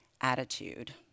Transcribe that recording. attitude